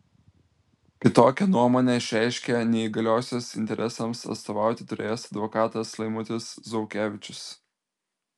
kitokią nuomonę išreiškė neįgaliosios interesams atstovauti turėjęs advokatas laimutis zaukevičius